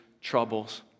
troubles